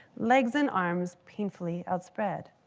legs and arms painfully outspread.